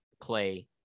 Clay